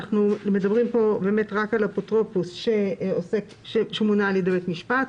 אנחנו מדברים פה רק על אפוטרופוס שמונה על ידי בית המשפט.